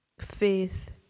faith